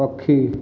ପକ୍ଷୀ